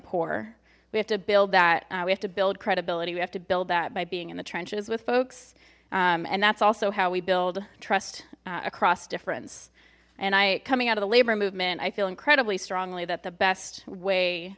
poor we have to build that we have to build credibility we have to build that by being in the trenches with folks and that's also how we build trust across difference and i coming out of the labor movement i feel incredibly strongly that the best way